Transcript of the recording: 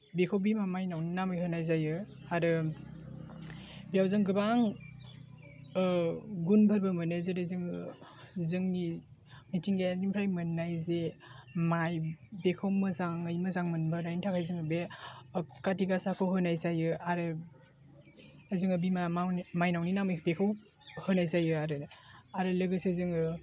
बेखौ बिमा माइनावनि नामै होनाय जायो आरो बेयाव जों गोबां गुनफोरबो मोनो जेरै जोङो जोंनि मिथिंगायारिनिफ्राय मोन्नाय जे माइ बेखौ मोजाङै मोजां मोनबोनायनि थाखाय जोङो बे कार्ति गासाखौ होनाय जायो आरो जोङो बिमा माइनावनि नामै बेखौ होनाय जायो आरो आरो लोगोसे जोङो